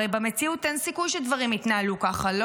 הרי במציאות אין סיכוי שדברים יתנהלו ככה,